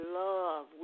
love